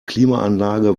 klimaanlage